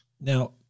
Now